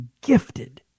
gifted